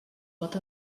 pot